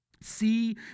See